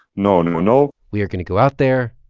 no, no, no we are going to go out there,